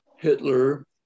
hitler